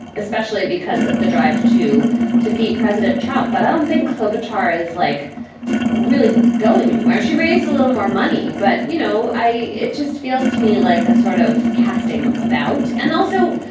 especially because of the drive to defeat president trump. but i don't think globalstar is like really going anywhere. she raised a little more money. but, you know, i. it just feels to me like a sort of casting about. and also,